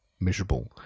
miserable